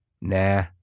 nah